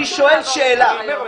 אני שואל שאלה --- אני אומר,